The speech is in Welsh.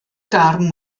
darn